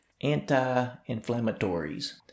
anti-inflammatories